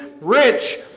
rich